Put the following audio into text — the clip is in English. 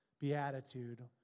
beatitude